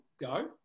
go